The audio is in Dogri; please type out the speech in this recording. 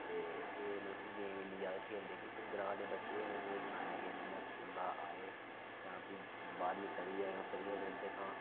ते एह् मतलब कि गेम इन्नी ज्यादा खेलदे निं ते ग्रांऽ दे बच्चे में तुसें गी सनाया कि जियां स्कूला आए जां फ्ही बाह्रमीं करियै फ्री होऐ दे होंदे तां